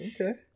Okay